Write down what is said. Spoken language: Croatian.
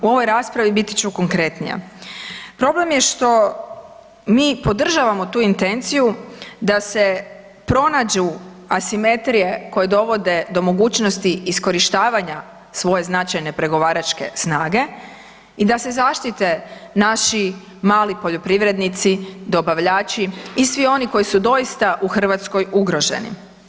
U ovoj raspravi bit ću konkretnija, problem je što mi podržavamo tu intenciju da se pronađu asimetrije koje dovode do mogućnosti iskorištavanja svoje značajne pregovaračke snage i da se zaštite naši mali poljoprivrednici, dobavljači i svi oni koji su doista u Hrvatskoj ugroženi.